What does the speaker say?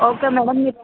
okay madam మీరు రావచ్చు